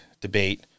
debate